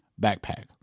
backpack